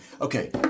okay